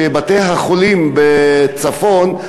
בתי-החולים בצפון,